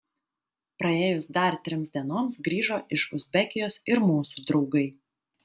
praėjus dar trims dienoms grįžo iš uzbekijos ir mūsų draugai